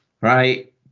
Right